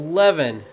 Eleven